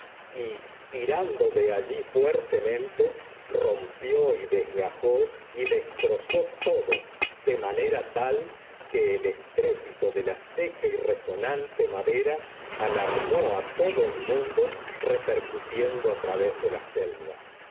y tirando de allí fuertemente rompió y desgajó y destrozó todo de manera tal que el estrépito de la seca y resonante madera alarmó a todo el mundo repercutiendo a través de la selva